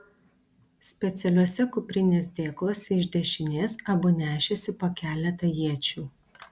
specialiuose kuprinės dėkluose iš dešinės abu nešėsi po keletą iečių